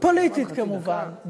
פוליטית כמובן,